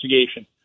investigation